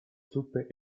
zuppe